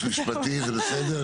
ייעוץ משפטי, זה בסדר?